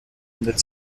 mündet